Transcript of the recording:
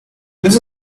this